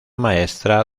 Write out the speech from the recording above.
maestra